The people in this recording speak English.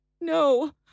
No